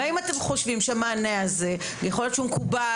והאם אתם חושבים שהמענה הזה - שיכול להיות מקובל